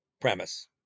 Premise